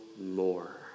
more